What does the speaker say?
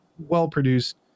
well-produced